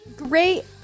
Great